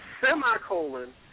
Semicolon